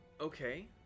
Okay